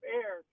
air